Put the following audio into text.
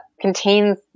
contains